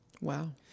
Wow